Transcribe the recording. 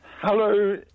Hello